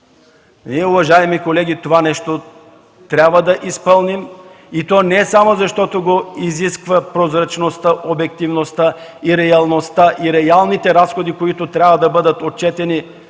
Ние, уважаеми колеги, това нещо трябва да изпълним и то не само защото го изисква прозрачността, обективността и реалните разходи, които трябва да бъдат отчетени